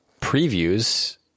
previews